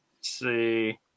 see